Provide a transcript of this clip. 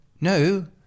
no